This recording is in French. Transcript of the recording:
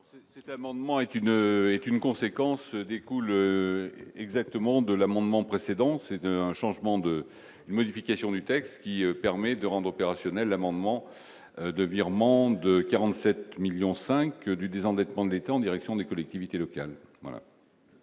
Cet amendement est une est une conséquence des couleurs exactement de l'amendement précédent, c'est un changement de modification du texte qui permet de rendre opérationnel l'amendement de virements de 47 millions 5 du désendettement de l'État en direction des collectivités locales